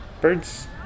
Birds